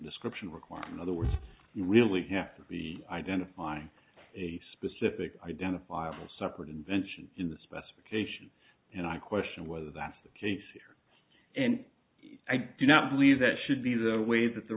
description required in other words you really have to be identifying a specific identifiable separate invention in the specification and i question whether that's the case and i do not believe that should be the way that the